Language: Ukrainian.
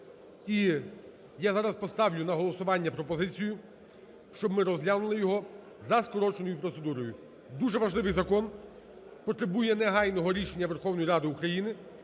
я зараз поставлю на голосування пропозицію, щоб ми розглянули його за скороченою процедурою. Дуже важливий закон, потребує негайного рішення Верховної Ради України